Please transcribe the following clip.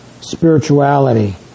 spirituality